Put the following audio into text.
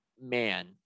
man